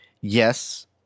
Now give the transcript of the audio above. Yes